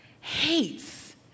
hates